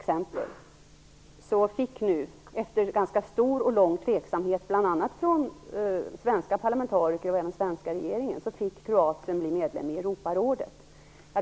Kroatien fick nu, efter ganska stor och lång tveksamhet från bl.a. svenska parlamentariker och den svenska regeringen, bli medlem i Europarådet.